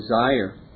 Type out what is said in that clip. desire